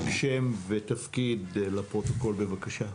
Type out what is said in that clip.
רק שם ותפקיד לפרוטוקול בבקשה.